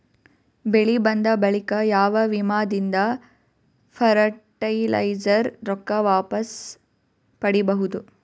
ಬೆಳಿ ಬಂದ ಬಳಿಕ ಯಾವ ವಿಮಾ ದಿಂದ ಫರಟಿಲೈಜರ ರೊಕ್ಕ ವಾಪಸ್ ಪಡಿಬಹುದು?